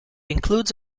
includes